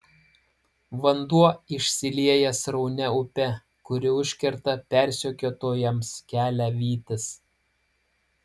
vanduo išsilieja sraunia upe kuri užkerta persekiotojams kelią vytis